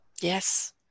yes